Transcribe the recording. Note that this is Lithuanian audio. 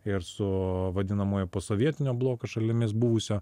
ir su vadinamojo posovietinio bloko šalimis buvusio